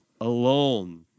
alone